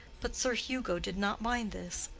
but sir hugo did not mind this,